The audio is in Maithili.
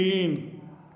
तीन